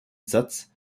satz